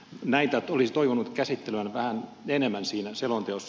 näitä olisi toivonut käsiteltävän vähän enemmän selonteossa